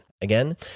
Again